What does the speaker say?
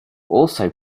also